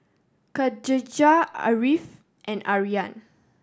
Khadija Ariff and Aryan